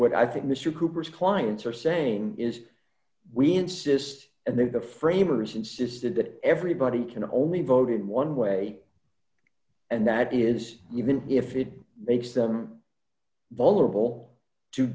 what i think mr hooper's clients are saying is we insist and then the framers insisted that everybody can only vote in one way and that is even if it makes them vulnerable to